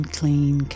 clean